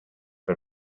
for